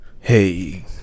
Hey